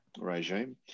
regime